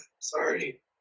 Sorry